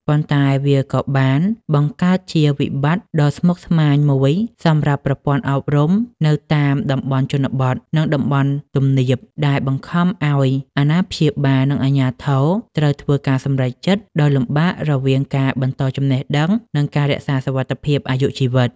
ប៉ុន្តែវាក៏បានបង្កើតជាវិបត្តិដ៏ស្មុគស្មាញមួយសម្រាប់ប្រព័ន្ធអប់រំនៅតាមតំបន់ជនបទ និងតំបន់ទំនាប ដែលបង្ខំឱ្យអាណាព្យាបាល និងអាជ្ញាធរត្រូវធ្វើការសម្រេចចិត្តដ៏លំបាករវាងការបន្តចំណេះដឹង និងការរក្សាសុវត្ថិភាពអាយុជីវិត។